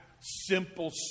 Simple